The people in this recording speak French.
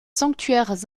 sanctuaires